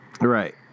Right